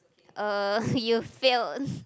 uh you've failed